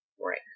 Right